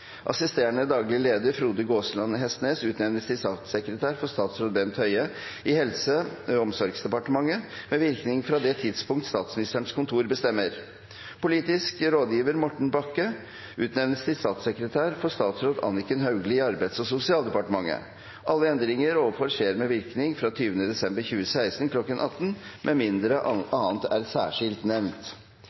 Assisterende daglig leder Frode Gaasland Hestnes utnevnes til statssekretær for statsråd Bent Høie i Helse- og omsorgsdepartementet, med virkning fra det tidspunkt Statsministerens kontor bestemmer. Politisk rådgiver Morten Bakke utnevnes til statssekretær for statsråd Anniken Hauglie i Arbeids- og sosialdepartementet. Alle endringene ovenfor skjer med virkning fra 20. desember 2016 kl. 1800, med mindre annet er særskilt nevnt.»